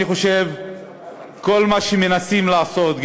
אני חושב שכל מה שמנסים לעשות,